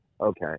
Okay